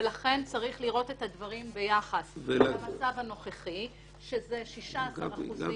-- לכן צריך לראות את הדברים ביחס למצב הנוכחי שזה 16% -- גבי,